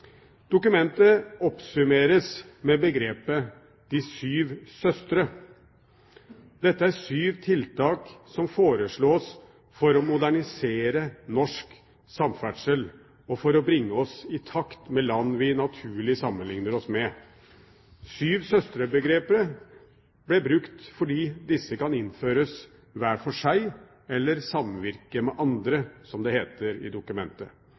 Dokumentet oppsummeres med begrepet «de syv søstre». Dette er syv tiltak som foreslås for å modernisere norsk samferdsel og for å bringe oss i takt med land vi naturlig sammenligner oss med. «De syv søstre»-begrepet ble brukt fordi disse tiltakene kan innføres hver for seg, eller i samvirke med hverandre, som det heter i dokumentet.